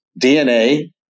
DNA